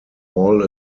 all